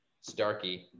Starkey